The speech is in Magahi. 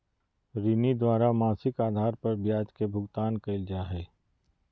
ऋणी द्वारा मासिक आधार पर ब्याज के भुगतान कइल जा हइ